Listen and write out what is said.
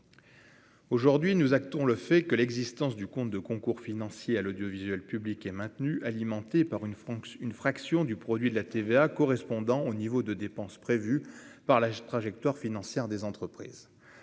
aujourd'hui nous achetons le fait que l'existence du compte de concours financiers à l'audiovisuel public est maintenu, alimenté par une France une fraction du produit de la TVA correspondant au niveau de dépenses prévues par la trajectoire financière des entreprises